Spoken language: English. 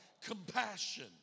compassion